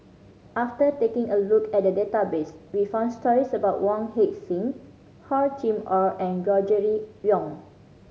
after taking a look at the database we found stories about Wong Heck Sing Hor Chim Or and Gregory Yong